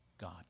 God